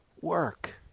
work